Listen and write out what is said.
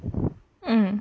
mm